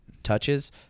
touches